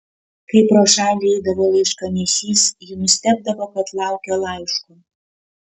kai pro šalį eidavo laiškanešys ji nustebdavo kad laukia laiško